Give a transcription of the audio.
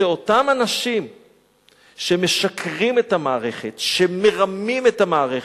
שאותם אנשים שמשקרים את המערכת, שמרמים את המערכת,